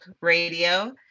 radio